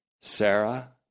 Sarah